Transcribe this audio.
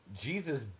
Jesus